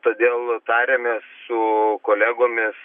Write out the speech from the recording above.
todėl tarėmės su kolegomis